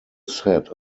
set